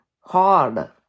hard